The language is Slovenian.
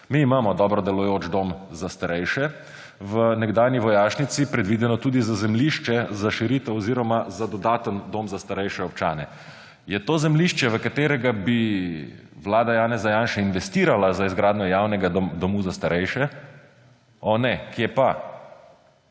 Mi imamo dobro delujoč dom za starejše, v nekdanji vojašnici je predvideno tudi zemljišče za širitev oziroma za dodaten dom za starejše občane. Je to zemljišče, v katerega bi vlada Janeza Janše investirala za izgradnjo javnega doma za starejše? O ne, kje pa!